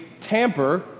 tamper